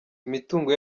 imitungo